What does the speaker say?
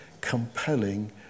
compelling